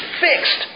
fixed